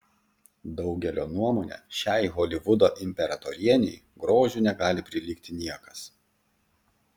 daugelio nuomone šiai holivudo imperatorienei grožiu negali prilygti niekas